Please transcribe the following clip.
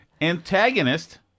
Antagonist